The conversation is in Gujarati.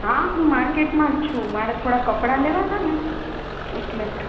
હા હું માર્કેટમાં જ છું મારે થોડા કપડાં લેવા હતાંને એટલે